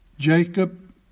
Jacob